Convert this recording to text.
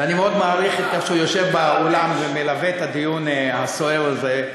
ואני מאוד מעריך את זה שהוא יושב באולם ומלווה את הדיון הסוער הזה.